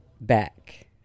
back